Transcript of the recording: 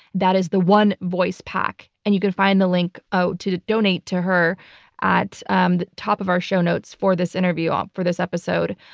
that is the one voice pact and you can find the link ah to to donate to her at um the top of our show notes for this interview um for this episode.